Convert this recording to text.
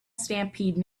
stampede